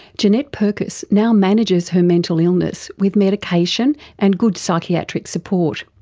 jeanette purkis now manages her mental illness with medication and good psychiatric support.